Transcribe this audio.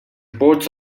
reports